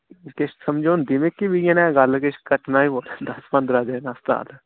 किश समझ औंदी मिकी बी इ'यै नेही गल्ल किश कट्टनै पौने दस पंदरा दिन अस्पताल